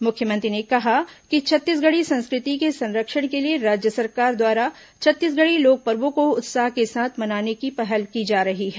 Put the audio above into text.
मुख्यमंत्री ने कहा कि छत्तीसगढ़ी संस्कृति के संरक्षण के लिए राज्य सरकार द्वारा छत्तीसगढ़ी लोक पर्वो को उत्साह के साथ मनाने की पहल की जा रही है